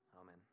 amen